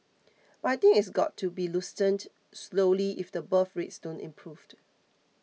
but I think it's got to be loosened slowly if the birth rates don't improved